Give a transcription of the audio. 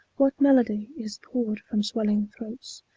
what melody is poured from swelling throats,